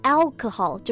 alcohol